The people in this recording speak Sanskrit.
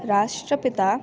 राष्ट्रपिता